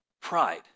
Pride